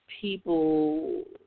people